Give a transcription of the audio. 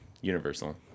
Universal